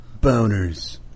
boners